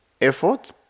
effort